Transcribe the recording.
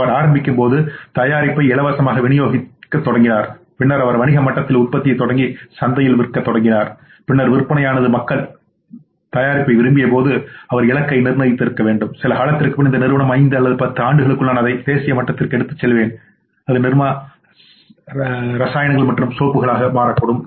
அவர்ஆரம்பிக்கும்போது தயாரிப்பை இலவசமாகவிநியோகிக்கத் தொடங்கினார் பின்னர் அவர் வணிக மட்டத்தில் உற்பத்தியைத் தொடங்கி சந்தையில் விற்கத் தொடங்கினார் பின்னர் விற்பனையானது மக்கள் தயாரிப்பை விரும்பியபோது அவர் இலக்கை நிர்ணயித்திருக்க வேண்டும் சில காலத்திற்குப் பிறகு இந்த நிறுவனம் 5 அல்லது 10 ஆண்டுகளுக்குள் நான் அதை தேசிய மட்டத்திற்கு எடுத்துச் செல்வேன் அது நிர்மா ரசாயனங்கள் மற்றும் சோப்புகளாக மாறும்